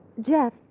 Jeff